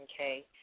okay